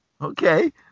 okay